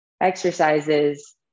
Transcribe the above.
exercises